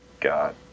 God